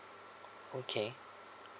okay